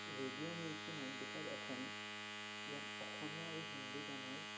radio Mirchi ninety five F M ইয়াত অসমীয়া আৰু হিন্দী গানৰ